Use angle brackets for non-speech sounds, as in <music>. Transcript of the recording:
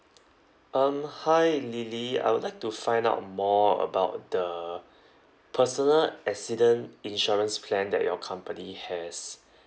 um hi lily I would like to find out more about the <breath> personal accident insurance plan that your company has